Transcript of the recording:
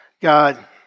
God